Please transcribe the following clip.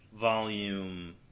Volume